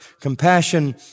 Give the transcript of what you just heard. compassion